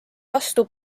vastu